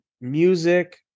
music